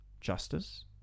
Justice